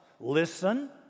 Listen